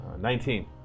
Nineteen